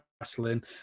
Wrestling